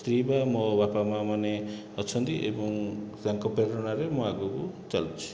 ସ୍ତ୍ରୀ ବା ମୋ ବାପା ମା' ମାନେ ଅଛନ୍ତି ଏବଂ ତାଙ୍କ ପ୍ରେରଣାରେ ମୁଁ ଆଗକୁ ଚାଲୁଛି